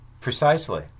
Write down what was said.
Precisely